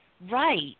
right